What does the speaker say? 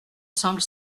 semble